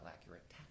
accurate